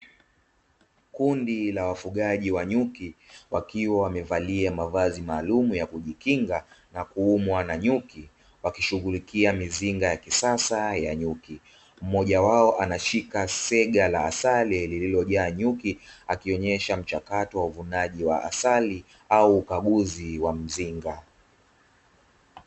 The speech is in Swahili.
Kundi la wafugaji wa nyuki wakiwa wamevalia mavazi maalumu ya kujikinga na kuumwa na nyuki, wakishughulikia mizinga ya kisasa ya nyuki. Mmoja wao anashika sega la asali lililojaa nyuki, akionyesha mchakato wa uvunaji wa asali au ukaguzi wa mzinga.